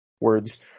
Words